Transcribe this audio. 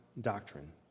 doctrine